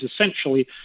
essentially